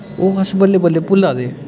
ओह् अस बल्लें बल्लें भुल्लै दे